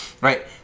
right